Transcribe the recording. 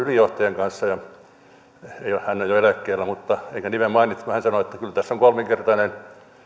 ylijohtajan kanssa hän on jo eläkkeellä enkä nimeä mainitse ja hän sanoi että kyllä tässä on kolminkertainen